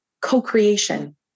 co-creation